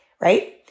right